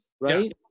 right